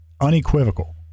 unequivocal